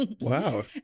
Wow